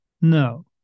No